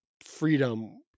freedom